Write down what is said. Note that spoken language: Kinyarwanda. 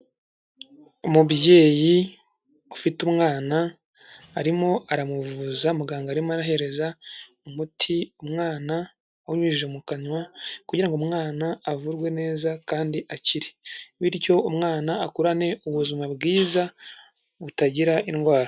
Umubyeyi ufite, umwana arimo aramuvuza, muganga arimo arahereza umuti umwana, awunyujije mu kanwa kugira ngo umwana avurwe neza kandi akire. Bityo umwana akurane ubuzima bwiza butagira indwara.